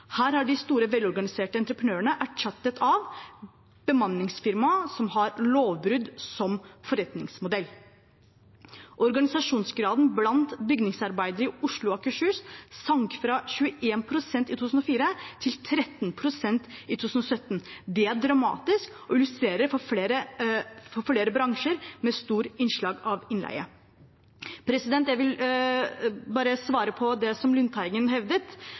Her har de store velorganiserte entreprenørene blitt erstattet av bemanningsfirmaer som har lovbrudd som forretningsmodell. Organisasjonsgraden blant bygningsarbeidere i Oslo og Akershus sank fra 21 pst. i 2004 til 13 pst. i 2017. Det er dramatisk og illustrerende for flere bransjer med stort innslag av innleie. Jeg vil bare svare på det som Lundteigen hevdet: